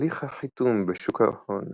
הליך החיתום בשוק ההון